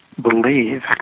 believe